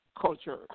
culture